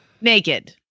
Naked